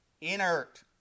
inert